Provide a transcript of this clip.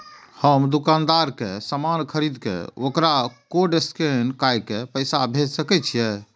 हम दुकानदार के समान खरीद के वकरा कोड स्कैन काय के पैसा भेज सके छिए?